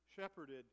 shepherded